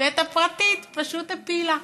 ואת הפרטית פשוט הפילה.